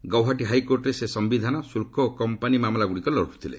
ଗୌହାଟି ହାଇକୋର୍ଟରେ ସେ ସିୟିଧାନ ଶୁଳ୍କ ଓ କମ୍ପାନୀ ମାମଲାଗୁଡ଼ିକ ଲଢ଼ୁଥିଲେ